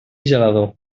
gelador